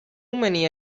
many